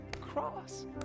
cross